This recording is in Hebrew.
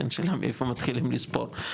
השאלה מאיפה מתחילים לספור,